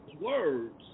words